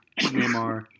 Neymar